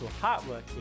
hardworking